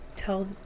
tell